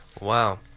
Wow